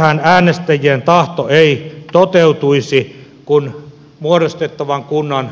tässähän äänestäjien tahto ei toteutuisi kun muodostettavan kunnan